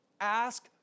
ask